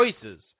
choices